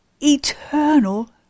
eternal